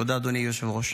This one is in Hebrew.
תודה, אדוני היושב-ראש.